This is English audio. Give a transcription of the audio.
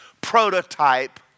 prototype